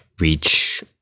reach